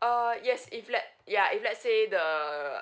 uh yes if let ya if let's say the